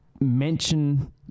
mention